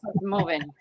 moving